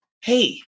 Hey